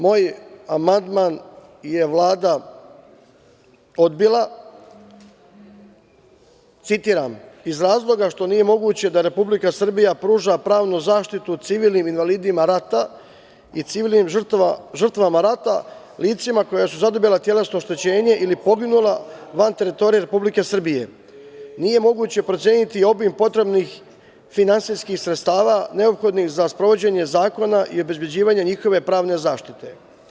Moj amandman je Vlada odbila, citiram: „Iz razloga što nije moguće da Republika Srbija pruža pravnu zaštitu civilnim invalidima rata i civilnim žrtvama rata, licima koja su zadobila telesno oštećenje ili poginula van teritorije Republike Srbije, nije moguće proceniti obim potrebnih finansijskih sredstava neophodnih za sprovođenje zakona i obezbeđivanje njihove pravne zaštite“